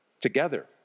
Together